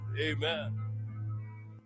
Amen